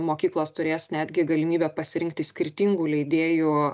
mokyklos turės netgi galimybę pasirinkti skirtingų leidėjų